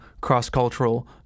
cross-cultural